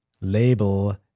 label